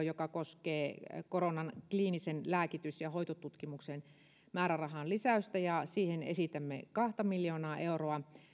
joka koskee koronan kliinisen lääkitys ja hoitotutkimuksen määrärahan lisäystä siihen esitämme kahta miljoonaa euroa